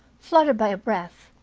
fluttered by a breath,